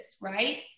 right